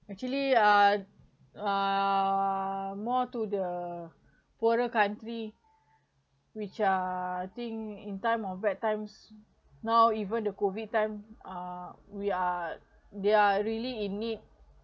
actually uh err more to the poorer country which uh I think in time of bad times now even the COVID time uh we are they are really in need